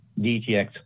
DTX